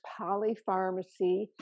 polypharmacy